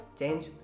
change